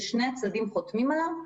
ששני הצדדים חותמים עליו,